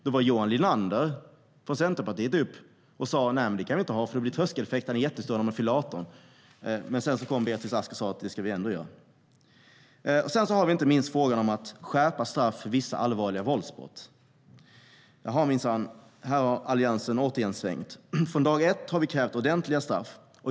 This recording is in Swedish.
Då sa Johan Linander från Centerpartiet: Det kan vi inte göra, för då blir tröskeleffekterna jättestora när man fyller 18 år. Men sedan sa Beatrice Ask: Det ska vi ändå göra. Så har vi frågan om skärpta straff för vissa allvarliga våldsbrott. Här har Alliansen också svängt. Från dag ett har vi krävt ordentliga straff.